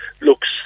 looks